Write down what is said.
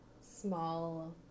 small